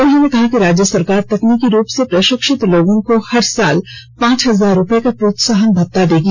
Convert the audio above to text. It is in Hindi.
उन्होंने कहा कि राज्य सरकार तकनीकी रूप से प्रशिक्षित लोगों को हर साल पांच हजार रुपये का प्रोत्साहन भत्ता देगी